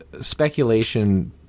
speculation